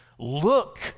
look